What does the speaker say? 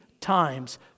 times